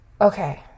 Okay